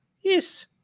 Yes